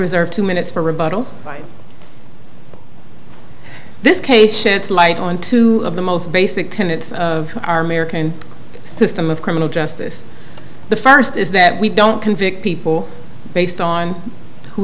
reserve two minutes for rebuttal this case sheds light on two of the most basic tenets of our american system of criminal justice the first is that we don't convict people based on who